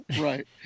right